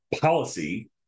policy